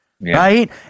Right